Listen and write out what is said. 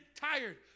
tired